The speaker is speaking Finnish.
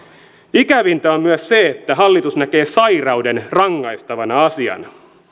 ikävintä on myös on se että hallitus näkee sairauden rangaistavana asiana